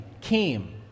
came